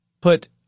put